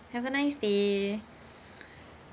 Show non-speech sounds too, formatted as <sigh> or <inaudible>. have a nice day <breath>